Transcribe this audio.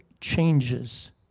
changes